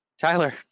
Tyler